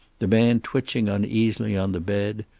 the man twitching uneasily on the bed,